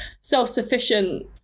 self-sufficient